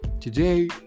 Today